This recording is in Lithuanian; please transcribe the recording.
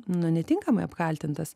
nu netinkamai apkaltintas